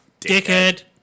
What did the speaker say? dickhead